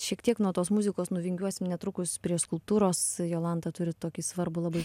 šiek tiek nuo tos muzikos nuvingiuosim netrukus prie skulptūros jolanta turi tokį svarbų labai